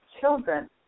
children